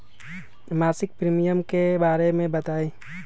मासिक प्रीमियम के बारे मे बताई?